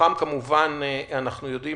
מתוכם כמובן אנחנו יודעים